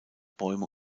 bäume